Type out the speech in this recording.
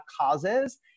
causes